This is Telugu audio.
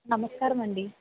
నమస్కారం అండి